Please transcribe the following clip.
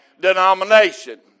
Denomination